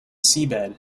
seabed